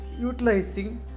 utilizing